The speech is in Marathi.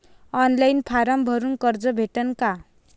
ऑनलाईन फारम भरून कर्ज भेटन का?